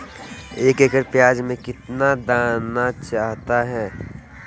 एक एकड़ प्याज में कितना दाना चाहता है?